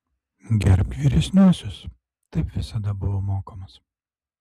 gerbk vyresniuosius taip visada buvo mokomas